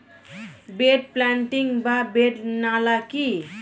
Bed planting বা bed নালা কি?